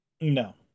No